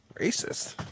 Racist